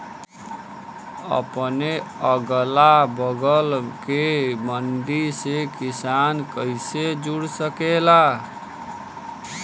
अपने अगला बगल के मंडी से किसान कइसे जुड़ सकेला?